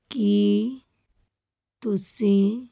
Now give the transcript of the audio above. ਕੀ ਤੁਸੀਂ